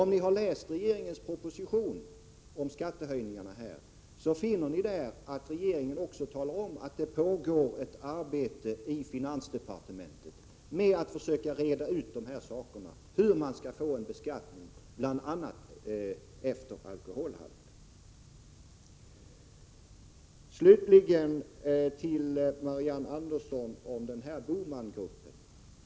Om ni har läst regeringens proposition om skattehöjningarna, finner ni där att regeringen också talar om, att det pågår ett arbete i finansdepartementet med att försöka reda ut hur man skall få en beskattning bl.a. efter alkoholhalt. Slutligen till Marianne Andersson om Bomangruppen.